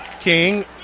King